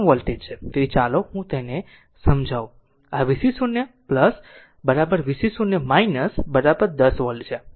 તેથી ચાલો હું તેને સમજાવું તેથી આ vc 0 vc 0 10 વોલ્ટ છે